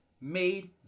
made